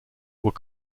were